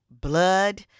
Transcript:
blood